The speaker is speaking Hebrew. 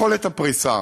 יכולת הפריסה.